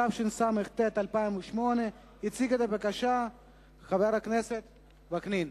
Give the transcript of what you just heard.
התשס"ט 2008. יציג את הבקשה חבר הכנסת יצחק וקנין.